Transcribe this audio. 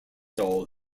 doll